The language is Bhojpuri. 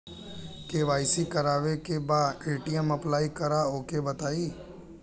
के.वाइ.सी करावे के बा ए.टी.एम अप्लाई करा ओके बताई?